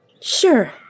Sure